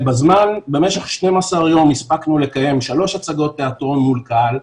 ובמשך 12 יום הספקנו לקיים שלוש הצגות תיאטרון מול קהל,